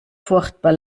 furchtbar